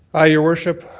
ah your worship,